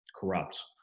corrupt